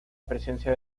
presencia